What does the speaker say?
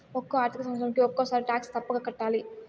ఒక్కో ఆర్థిక సంవత్సరానికి ఒక్కసారి టాక్స్ తప్పక కట్టాలి